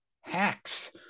Hacks